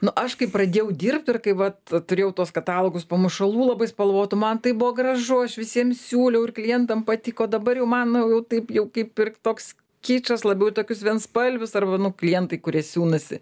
na aš kai pradėjau dirbt ir kaip vat turėjau tuos katalogus pamušalų labai spalvotų man taip buvo gražu aš visiem siūliau ir klientam patiko dabar jau man jau jau man taip jau kaip ir toks kičas labiau tokius vienspalvius arba nu klientai kurie siūnasi